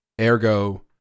ergo